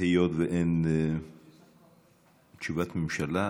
והיות שאין תשובת ממשלה,